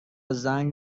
زنگ